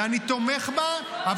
ואני תומך בה ----- תנו להם הזדמנות.